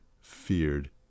feared